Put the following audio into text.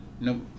no